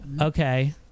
okay